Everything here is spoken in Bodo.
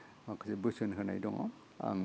माखासे बोसोन होनाय दङ आं बे